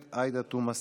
עאידה תומא סלימאן,